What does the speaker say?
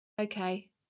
okay